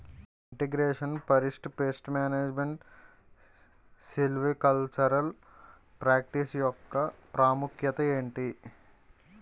integration forest pest management silvicultural practice యెక్క ప్రాముఖ్యత ఏంటి